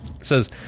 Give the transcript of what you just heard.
says